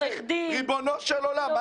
ריבונו של עולם,